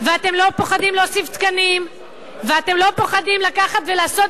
ואתם לא פוחדים להוסיף תקנים ואתם לא פוחדים לקחת ולעשות דברים,